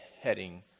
heading